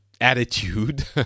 attitude